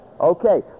Okay